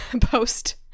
post